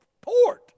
port